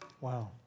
Wow